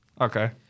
Okay